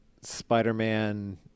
Spider-Man